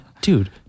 Dude